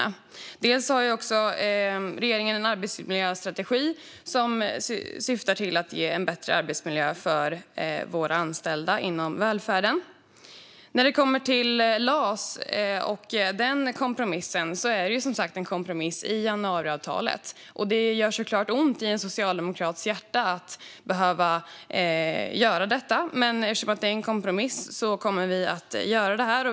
Regeringen har också en arbetsmiljöstrategi som syftar till att ge en bättre arbetsmiljö för våra anställda inom välfärden. När det gäller LAS och den kompromissen är det som sagt en kompromiss i januariavtalet. Det gör såklart ont i en socialdemokrats hjärta att behöva göra detta, men eftersom det är en kompromiss kommer vi att göra det.